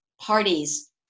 parties